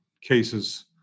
cases